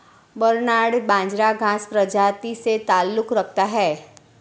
barnyard बाजरा घांस प्रजाति से ताल्लुक रखता है